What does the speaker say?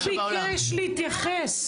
הוא ביקש להתייחס.